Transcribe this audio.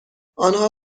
آنها